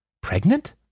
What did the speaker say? Pregnant